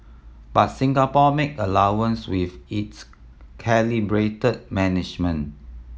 but Singapore make allowance with its calibrated management